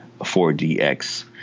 4DX